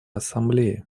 ассамблеи